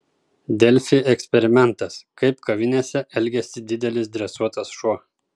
delfi eksperimentas kaip kavinėse elgiasi didelis dresuotas šuo